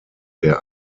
der